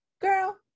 girl